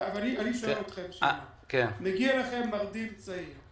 אני שואל אתכם שאלה: מגיע אליכם מרדים צעיר,